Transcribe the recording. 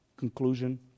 Conclusion